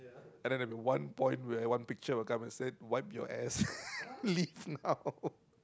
and then at one point where one picture will come and say wipe your ass leave now